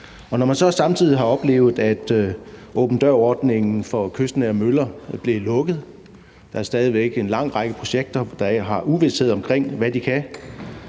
har så samtidig oplevet, at åben dør-ordningen for kystnære møller er blevet lukket, at der stadig væk er en lang række projekter, der har uvished omkring, hvad de kan